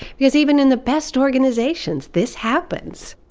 because even in the best organizations this happens.